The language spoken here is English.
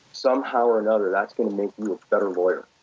somehow or another that's going to make you a better lawyer.